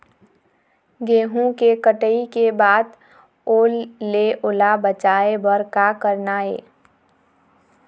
गेहूं के कटाई के बाद ओल ले ओला बचाए बर का करना ये?